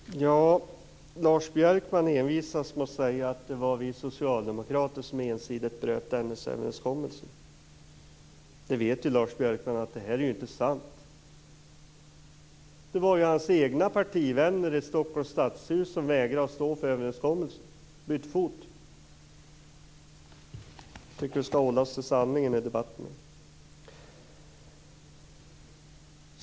Herr talman! Lars Björkman envisas med att säga att det var vi socialdemokrater som ensidigt bröt Dennisöverenskommelsen. Det vet ju Lars Björkman att det inte är sant. Det var hans egna partivänner i Stockholms stadshus som vägrade att stå för överenskommelsen. De bytte fot. Jag tycker att vi skall hålla oss till sanningen i debatten.